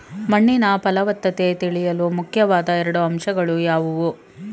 ಮಣ್ಣಿನ ಫಲವತ್ತತೆ ತಿಳಿಯಲು ಮುಖ್ಯವಾದ ಎರಡು ಅಂಶಗಳು ಯಾವುವು?